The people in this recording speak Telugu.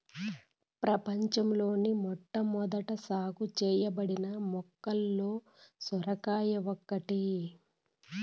ప్రపంచంలోని మొట్టమొదట సాగు చేయబడిన మొక్కలలో సొరకాయ ఒకటి